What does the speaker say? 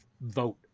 vote